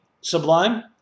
sublime